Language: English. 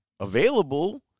Available